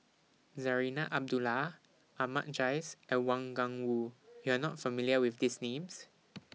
Zarinah Abdullah Ahmad Jais and Wang Gungwu YOU Are not familiar with These Names